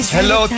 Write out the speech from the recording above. Hello